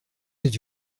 did